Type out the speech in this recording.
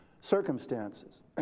circumstances